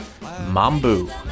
Mambu